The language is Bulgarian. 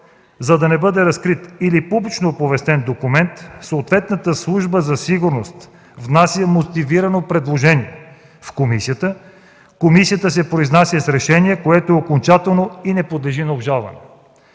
За да не бъде разкрит или публично оповестен документ, съответната служба за сигурност внася мотивирано предложение в комисията. Комисията се произнася с решение, което е окончателно и не подлежи на обжалване.